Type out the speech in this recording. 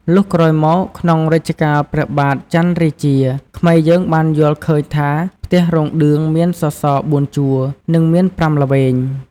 លុះក្រោយមក ក្នុងរជ្ជកាលព្រះបាទចន្ទរាជា ខ្មែរយើងបានយល់ឃើញថាផ្ទះរោងឌឿងមានសសរ៤ជួរ និងមាន៥ល្វែង។